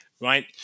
right